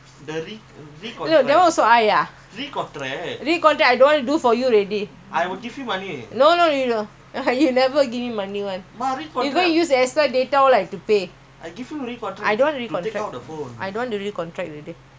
I don't want to re-contract I don't want to re-contract already anyhow use the phone go and buy the one the uh your sister say so twenty two dollars got forty G_B ya same ah better